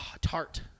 tart